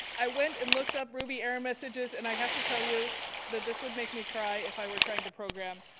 i went and looked up ruby error messages and i have to tell you that this would make me cry if i were trying to program.